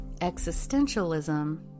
Existentialism